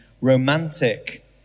romantic